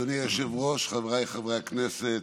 אדוני היושב-ראש, חבריי חברי הכנסת,